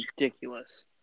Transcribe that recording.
ridiculous